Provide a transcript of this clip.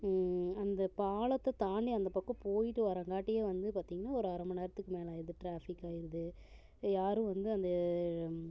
அந்த பாலத்தை தாண்டி அந்த பக்கம் போய்ட்டு வரங்காட்டியும் வந்து பார்த்திங்கனா ஒரு அரை மணி நேரத்துக்கு மேலே ஆயிடுது டிராஃபிக் ஆயிடுது யாரும் வந்து அந்த